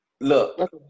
Look